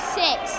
six